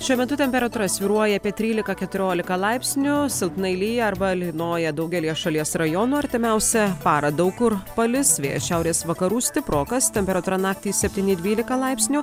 šiuo metu temperatūra svyruoja apie trylika keturiolika laipsnių silpnai lyja arba lynoja daugelyje šalies rajonų artimiausią parą daug kur palis vėjas šiaurės vakarų stiprokas temperatūra naktį septyni dvylika laipsnių